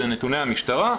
זה נתוני המשטרה,